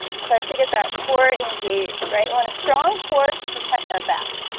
start to get that core engaged right want a strong core to protect our back